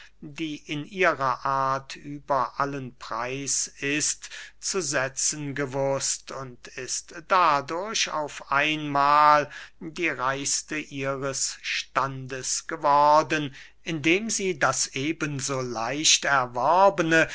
die in ihrer art über allen preis ist zu setzen gewußt und ist dadurch auf einmahl die reichste ihres standes geworden indem sie das eben so leicht erworbene